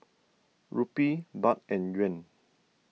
Rupee Baht and Yuan